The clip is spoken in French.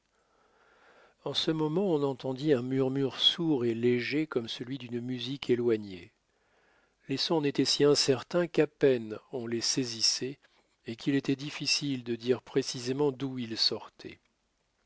en ce moment on entendit un murmure sourd et léger comme celui d'une musique éloignée les sons en étaient si incertains qu'à peine on les saisissait et qu'il était difficile de dire précisément d'où ils sortaient